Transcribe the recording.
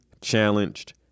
challenged